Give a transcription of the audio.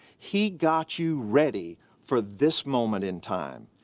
he got you ready for this moment in time.